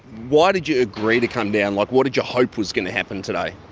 why did you agree to come down? like, what did you hope was going to happen today?